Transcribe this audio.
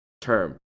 term